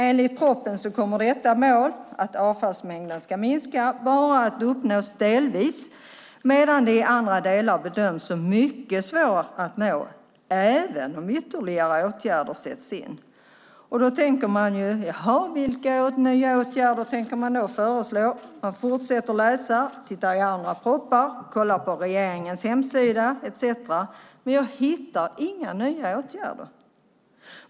Enligt propositionen kommer detta mål - att avfallsmängden ska minska - bara delvis att uppnås medan det i andra delar bedöms som mycket svårt att nå även om ytterligare åtgärder vidtas. Därför undrar jag vilka nya åtgärder man kommer att föreslå. Jag fortsätter att läsa - tittar i andra propositioner, kollar på regeringens hemsida etcetera - men jag hittar inga nya åtgärder.